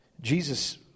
Jesus